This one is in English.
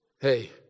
Hey